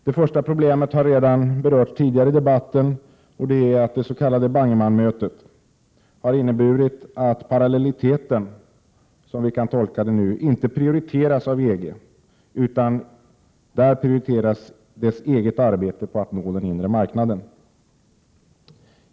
Det första problemet har redan berörts tidigare i debatten — det är det s.k. Bangemann-mötet. Innebörden av detta är att parallelliteten inte prioriteras av EG, utan inom EG prioriteras dess eget arbete på att nå den inre marknaden.